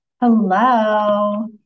Hello